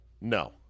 no